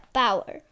power